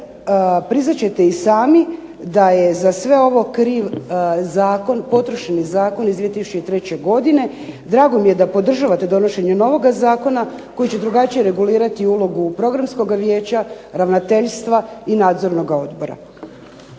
priznat ćete i sami da je za sve ovo kriv zakon, potrošeni zakon iz 2003. godine. Drago mi je da podržavate donošenje novoga zakona koji će drugačije regulirati ulogu Programskoga vijeća, Ravnateljstva i Nadzornoga odbora.